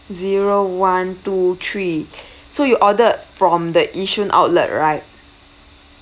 zero one to three so you ordered from the yishun outlet right